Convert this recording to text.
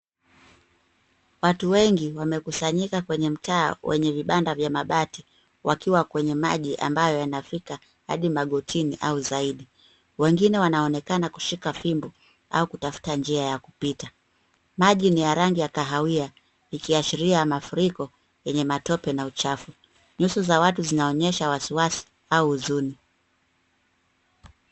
Watu wengi wamekusanyika kwenye mtaa wenye vibanda vya mabati wakiwa kwenye maji ambayo yanafika hadi magotini au zaidi. Wengine wanaonekana kushika fimbo au kutafuta njia ya kupita. Maji ni ya rangi ya kahawia ikiashiria mafuriko yenye matope na uchafu. Nyuso za watu zinaonyesha wasiwasi au huzuni.